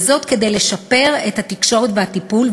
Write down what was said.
וזאת כדי לשפר את התקשורת והטיפול,